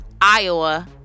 Iowa